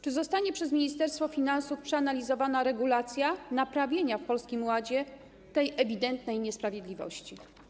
Czy zostanie przez Ministerstwo Finansów przeanalizowana regulacja naprawienia w Polskim Ładzie tej ewidentnej niesprawiedliwości?